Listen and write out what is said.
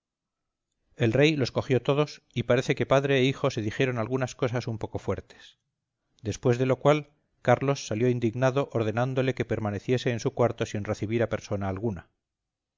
el rey los cogió todos y parece que padre e hijo se dijeron algunas cosas un poco fuertes después de lo cual carlos salió indignado ordenándole que permaneciese en su cuarto sin recibir a persona alguna